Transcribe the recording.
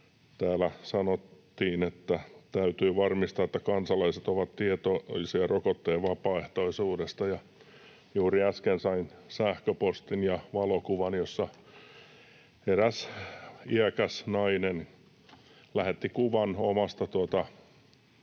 täällä sanottiin, että ”täytyy varmistaa, että kansalaiset ovat tietoisia rokotteen vapaaehtoisuudesta”, ja juuri äsken sain sähköpostin ja valokuvan, jossa eräs iäkäs nainen lähetti kuvan omasta kutsustaan